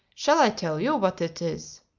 shall i tell you what it is?